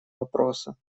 вопроса